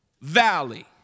valley